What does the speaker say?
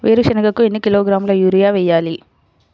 వేరుశనగకు ఎన్ని కిలోగ్రాముల యూరియా వేయాలి?